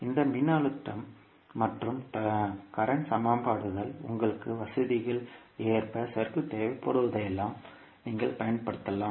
எனவே இந்த மின்னழுத்தம் மற்றும் தற்போதைய சமன்பாடுகள் உங்கள் வசதிக்கு ஏற்ப சுற்றுக்குத் தேவைப்படும்போதெல்லாம் நீங்கள் பயன்படுத்தலாம்